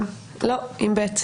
אני יועצת משפטית